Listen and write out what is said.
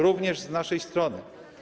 Również z naszej strony.